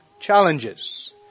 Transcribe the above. challenges